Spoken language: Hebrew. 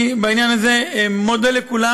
אני בעניין הזה מודה לכולם.